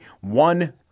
one